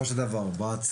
וברוך ה׳,